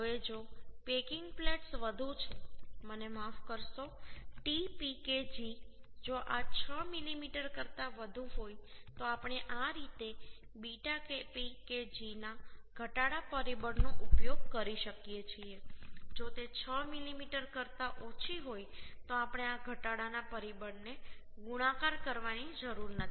હવે જો packing plates વધુ છે મને માફ કરશો tPkg જો આ 6 મીમી કરતાં વધુ હોય તો આપણે આ રીતે β Pkg ના ઘટાડા પરિબળનો ઉપયોગ કરી શકીએ છીએ જો તે 6 મીમી કરતાં ઓછી હોય તો આપણે આ ઘટાડાના પરિબળને ગુણાકાર કરવાની જરૂર નથી